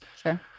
Sure